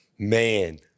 man